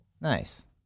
Nice